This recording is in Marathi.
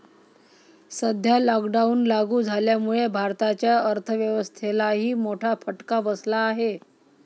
सध्या लॉकडाऊन लागू झाल्यामुळे भारताच्या अर्थव्यवस्थेलाही मोठा फटका बसला आहे